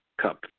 Cup